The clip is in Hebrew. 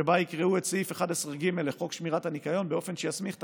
שבו יקראו את סעיף 11(ג) לחוק שמירת הניקיון באופן שיסמיך את